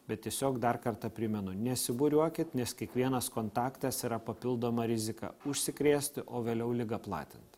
bet tiesiog dar kartą primenu nesibūriuokit nes kiekvienas kontaktas yra papildoma rizika užsikrėsti o vėliau ligą platinti